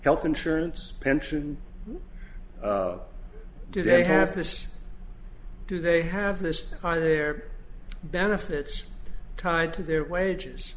health insurance pension do they have this do they have this by their benefits tied to their wages